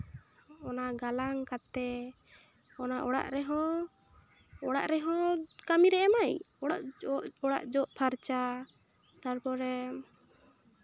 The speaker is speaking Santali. ᱚᱱᱟ ᱜᱟᱞᱟᱝ ᱠᱟᱛᱮ ᱚᱱᱟ ᱚᱲᱟᱜ ᱨᱮᱦᱚᱸ ᱚᱲᱟᱜ ᱨᱮᱦᱚᱸ ᱠᱟᱹᱢᱤᱨᱮ ᱮᱢᱟᱭ ᱚᱲᱟᱜ ᱡᱚᱜ ᱚᱲᱟᱜ ᱡᱚᱜ ᱯᱷᱟᱨᱪᱟ ᱛᱟᱨᱯᱚᱨᱮ